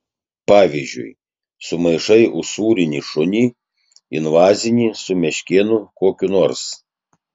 pavyzdžiui sumaišai usūrinį šunį invazinį su meškėnu kokiu nors